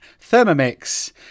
Thermomix